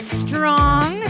strong